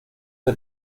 the